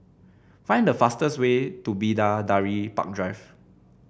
find the fastest way to Bidadari Park Drive